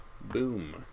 boom